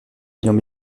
ayant